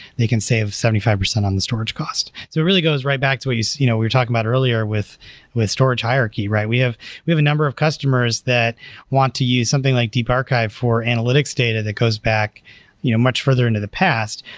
they can save seventy five percent on the storage cost. so it really goes right back to what you know we're talking about earlier with with storage hierarchy. we have we have a number of customers that want to use something like deep archive for analytics data that goes back you know much further into the past.